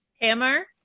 Hammer